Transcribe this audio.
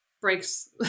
breaks